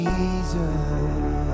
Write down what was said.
Jesus